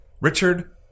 Richard